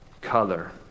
Color